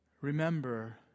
remember